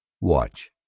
Watch